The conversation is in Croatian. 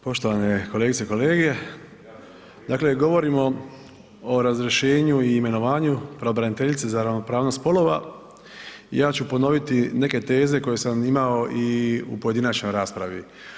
Poštovane kolegice i kolege, dakle govorimo o razrješenju i imenovanju pravobraniteljice za ravnopravnost spolova, ja ću ponoviti neke teze koje sam imao i u pojedinačnoj raspravi.